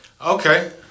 Okay